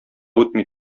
үтми